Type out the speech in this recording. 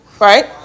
Right